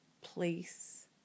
place